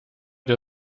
der